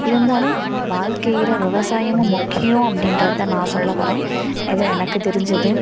இருந்தாலும் வாழ்க்கையில் விவசாயமும் முக்கியம் அப்படின்றது தான் நான் சொல்லவர்றேன் ஏதோ எனக்கு தெரிஞ்சது